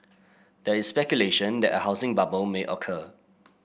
there is speculation that a housing bubble may occur